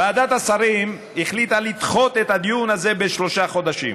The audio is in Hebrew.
ועדת השרים החליטה לדחות את הדיון הזה בשלושה חודשים,